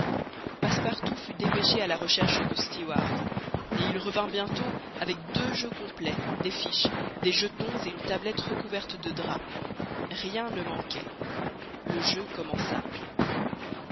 passepartout fut dépêché à la recherche du steward et il revint bientôt avec deux jeux complets des fiches des jetons et une tablette recouverte de drap rien ne manquait le jeu commença